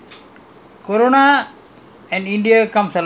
no lah they they cannot lah it is there already